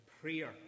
Prayer